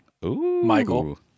Michael